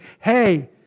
hey